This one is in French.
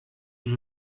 deux